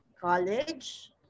college